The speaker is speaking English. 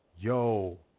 Yo